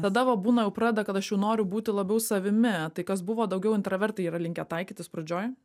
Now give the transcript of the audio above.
tada va būna jau pradeda kad aš jau noriu būti labiau savimi tai kas buvo daugiau intravertai yra linkę taikytis pradžioj